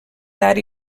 tard